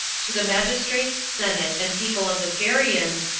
to the magistrates, senate, and people of the parians,